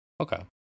Okay